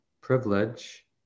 privilege